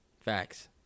Facts